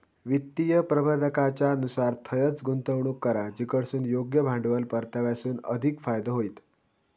वित्तीय प्रबंधाकाच्या नुसार थंयंच गुंतवणूक करा जिकडसून योग्य भांडवल परताव्यासून अधिक फायदो होईत